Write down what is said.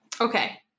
Okay